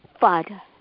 Father